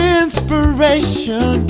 inspiration